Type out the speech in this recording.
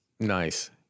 nice